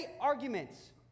arguments